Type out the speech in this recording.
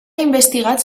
investigat